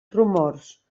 rumors